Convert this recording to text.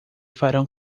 farão